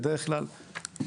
בדרך כלל בפריפריה,